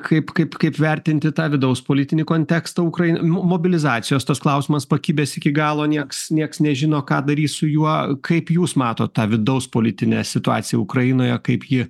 kaip kaip kaip vertinti tą vidaus politinį kontekstą ukrain mobilizacijos tas klausimas pakibęs iki galo nieks nieks nežino ką darys su juo kaip jūs matot tą vidaus politinę situaciją ukrainoje kaip ji